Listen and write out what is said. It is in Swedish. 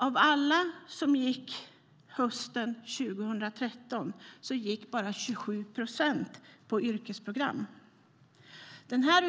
Av alla som gick på gymnasiet hösten 2013 gick bara 27 procent på yrkesprogram.